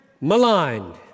maligned